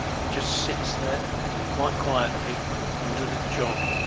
it just sits there quite quietly and does its job,